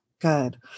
good